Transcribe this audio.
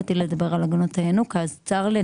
באתי לדבר על הגנות הינוקא וצר לי.